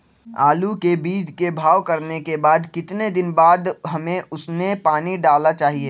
आलू के बीज के भाव करने के बाद कितने दिन बाद हमें उसने पानी डाला चाहिए?